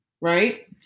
right